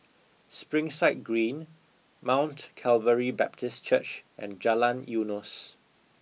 Springside Green Mount Calvary Baptist Church and Jalan Eunos